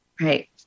Right